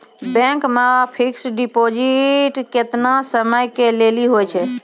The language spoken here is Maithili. बैंक मे फिक्स्ड डिपॉजिट केतना समय के लेली होय छै?